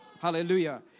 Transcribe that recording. Hallelujah